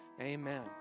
amen